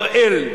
"שראל",